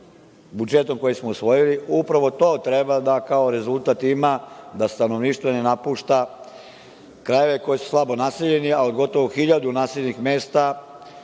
budžetom koji smo usvojili, upravo to treba da kao rezultat ima da stanovništvo ne napušta krajeve koji su slabo naseljeni, kao gotovo hiljadu naseljenih mesta